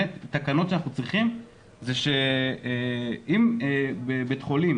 תקנות שאנחנו צריכים זה שאם בבית חולים